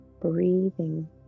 breathing